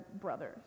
brothers